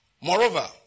Moreover